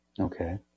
Okay